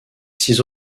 six